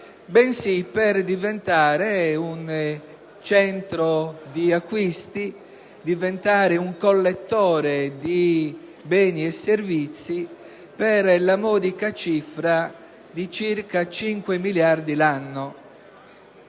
bensì per diventare un centro di acquisti, un collettore di beni e servizi, per la modica cifra di circa cinque miliardi l'anno.